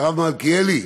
הרב מלכיאלי,